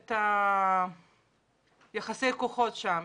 את יחסי הכוחות שם.